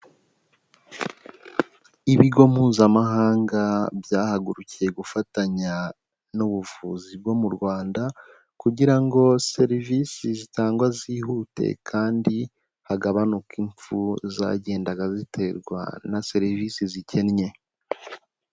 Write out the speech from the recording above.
Ibigo Mpuzamahanga byahagurukiye gufatanya n'ubuvuzi bwo mu Rwanda, kugira ngo serivisi zitangwa zihute kandi hagabanuke impfu zagendaga ziterwa na serivisi zikennye.